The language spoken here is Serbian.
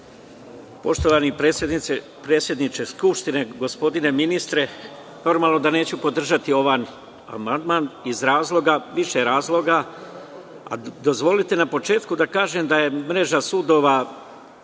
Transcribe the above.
Poštovani predsedniče Skupštine, gospodine ministre, normalno da neću podržati ovaj amandman iz više razloga. Dozvolite da kažem da je mreža sudova